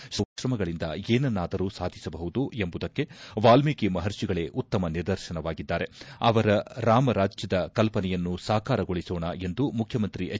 ಶ್ರದ್ದೆ ಹಾಗೂ ಪರಿಶ್ರಮಗಳಿಂದ ಏನನ್ನಾದರೂ ಸಾಧಿಸಬಹುದು ಎಂಬುದಕ್ಕೆ ವಾಲ್ನೀಕಿ ಮಹರ್ಷಿಗಳೇ ಉತ್ತಮ ನಿಧಿರ್ಶನವಾಗಿದ್ದಾರೆ ಅವರ ರಾಮರಾಜ್ಯದ ಕಲ್ಪನೆಯನ್ನು ಸಾಕಾರಗೊಳಿಸೋಣ ಎಂದು ಮುಖ್ಯಮಂತ್ರಿ ಎಚ್